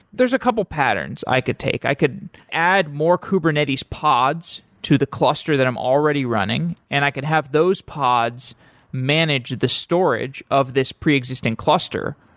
a couple patterns i could take. i could add more kubernetes pods to the cluster that i'm already running and i could have those pods manage the storage of this pre-existing cluster,